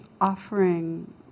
offering